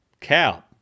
cow